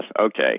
Okay